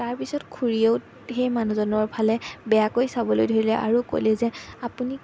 তাৰপিছত খুৰীয়েও সেই মানুহজনৰ ফালে বেয়াকৈ চাবলৈ ধৰিলে আৰু ক'লে যে আপুনি